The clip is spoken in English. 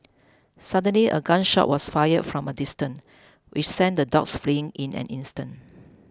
suddenly a gun shot was fired from a distance which sent the dogs fleeing in an instant